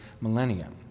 millennia